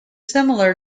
similar